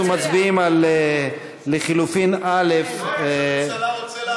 אנחנו מצביעים על לחלופין (א) ראש הממשלה רוצה לענות.